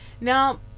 Now